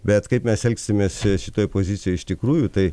bet kaip mes elgsimės šitoj pozicijoj iš tikrųjų tai